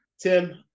tim